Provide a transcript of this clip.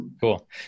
Cool